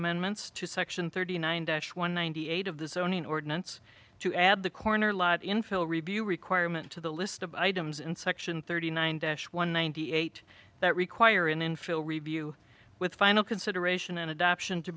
amendments to section thirty nine dash one ninety eight of the zoning ordinance to add the corner lot infill review requirement to the list of items in section thirty nine dash one ninety eight that require an infill review with final consideration and adoption to